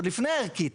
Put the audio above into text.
עוד לפני הערכית,